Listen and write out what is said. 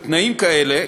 בתנאים כאלה